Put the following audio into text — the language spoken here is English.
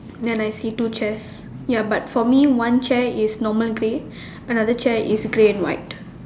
then I see two chairs ya but for me one chair is normal grey another chair is grey and white